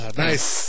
nice